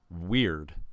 weird